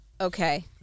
Okay